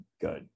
good